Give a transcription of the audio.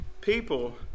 people